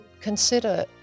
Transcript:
consider